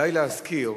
די להזכיר